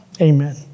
amen